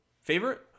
favorite